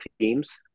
teams